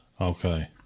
Okay